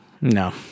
No